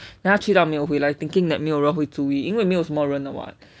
then 他去到没有回来 thinking that 没有人会注意因为没有什么人的 [what]